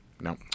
No